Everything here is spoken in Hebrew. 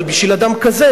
אבל בשביל אדם כזה,